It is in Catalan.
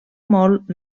molt